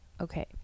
Okay